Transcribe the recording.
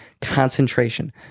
Concentration